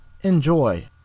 Enjoy